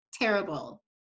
terrible